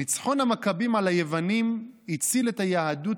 ניצחון המכבים על היוונים הציל את היהדות